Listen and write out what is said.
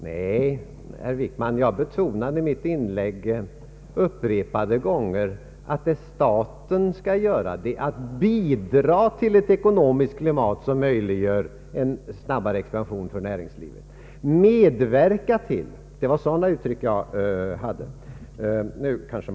Nej, herr Wickman, jag betonade i mitt inlägg upprepade gånger att vad staten skall göra är att bidra till ett ekonomiskt klimat som möjliggör en snabbare expansion av näringslivet. Jag använde sådana uttryck som medverka till.